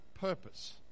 purpose